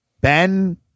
ben